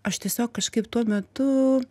aš tiesiog kažkaip tuo metu